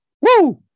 Woo